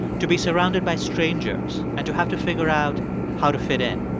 to be surrounded by strangers and to have to figure out how to fit in.